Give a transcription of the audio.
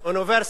אוניברסיטה,